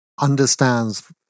Understands